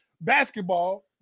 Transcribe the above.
Basketball